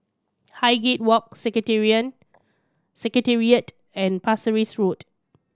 Highgate Walk Secretariat and Pasir Ris Road